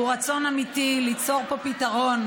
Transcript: הוא רצון אמיתי ליצור פה פתרון,